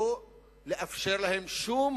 לא לאפשר להם שום